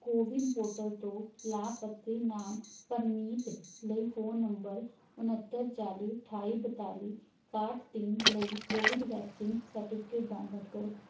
CoWIN portal ਤੋਂ ਲਾਭਪਾਤਰੀ ਨਾਮ ਪ੍ਰਨੀਤ ਲਈ ਫ਼ੋਨ ਨੰਬਰ ਉਣਹੱਤਰ ਚਾਲੀ ਅਠਾਈ ਬਤਾਲੀ ਇੱਕਾਹਟ ਤਿੰਨ ਲਈ ਕੋਵਿਡ ਵੈਕਸੀਨ ਸਰਟੀਫਿਕੇਟ ਡਾਊਨਲੋਡ ਕਰੋ